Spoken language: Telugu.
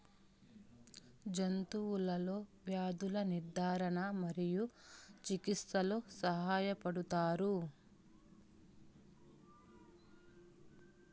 జంతువులలో వ్యాధుల నిర్ధారణ మరియు చికిత్చలో సహాయపడుతారు